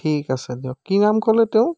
ঠিক আছে দিয়ক কি নাম ক'লে তেওঁৰ